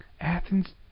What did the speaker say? Athens